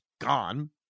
gone